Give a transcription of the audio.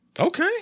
Okay